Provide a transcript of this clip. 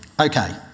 Okay